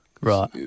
Right